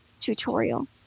tutorial